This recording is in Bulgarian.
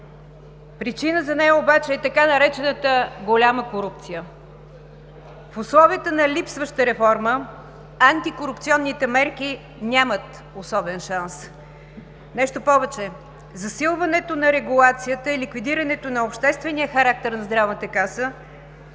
Причина за нея обаче е така наречената „голяма корупция“. В условията на липсваща реформа антикорупционните мерки нямат особен шанс. Нещо повече, засилването на регулацията и ликвидирането на обществения характер в Здравната каса